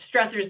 stressors